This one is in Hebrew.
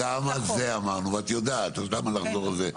וגם על זה אמרנו ואת יודעת, אז למה לחזור על זה?